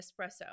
espresso